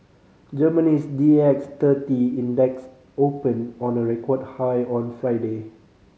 Germany's D X thirty Index opened on a record high on Friday